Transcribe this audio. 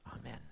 Amen